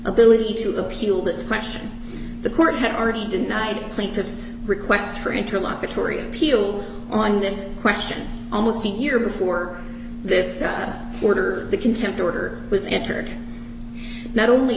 ability to appeal this question the court had already denied plaintiff's request for interlocutory appeal on this question almost a year before this order the contempt order was entered not only